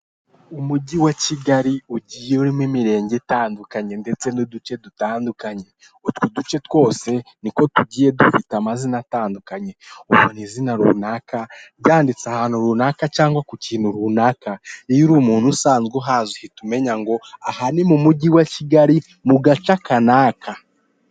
Umujyi wa Kigali ugiye urimo imirenge itandukanye ndetse n'uduce dutandukanye. Utwo duce twose niko tugiye dufite amazina atandukanye. Ubona izina runaka ryanditse ahantu runaka cyangwa ku kintu runaka. Iyo uri umuntu usanzwe uhazi, uhita umenya ngo aha ni mu mujyi wa Kigali mu gace aka n'aka.